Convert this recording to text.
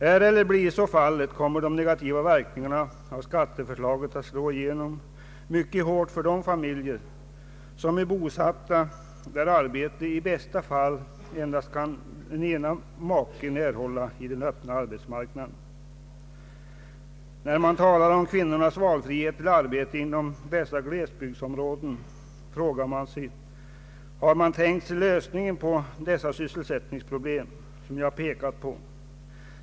är eller blir så inte fallet kommer de negativa verkningarna av skatteförslaget att slå igenom mycket hårt för de familjer, som är bosatta där arbete i den öppna arbetsmarkna den i bästa fall endast kan beredas den ena maken. När man talar om kvinnornas valfrihet vad gäller arbete inom dessa glesbygdsområden frågar man sig: Hur har socialdemokraterna tänkt sig att lösa de sysselsättningsproblem som jag har pekat på?